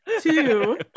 Two